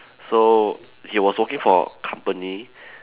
so he was working for company